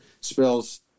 spells